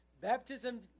baptism